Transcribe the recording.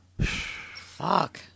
Fuck